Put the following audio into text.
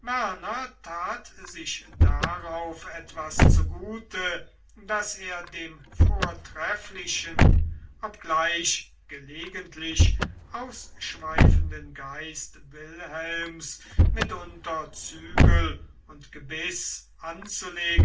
werner tat sich darauf etwas zugute daß er dem vortrefflichen obgleich gelegentlich ausschweifenden geist wilhelms mitunter zügel und gebiß anzulegen